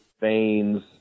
veins